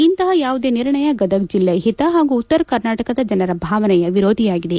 ಇಂಥ ಯಾವುದೇ ನಿರ್ಣಯ ಗದಗ ಜಲ್ಲೆ ಹಿತ ಹಾಗೂ ಉತ್ತರ ಕರ್ನಾಟಕದ ಜನರ ಭಾವನೆಯ ವಿರೋಧಿಯಾಗಿದೆ